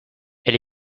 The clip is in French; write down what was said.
elle